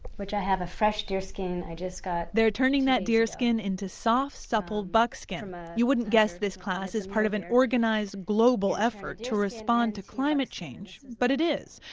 which i have a fresh deer skin i just got, they're turning that deerskin into soft, supple buckskin. um ah you wouldn't guess this class is part of an organized global effort to respond to climate change, but it is.